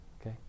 Okay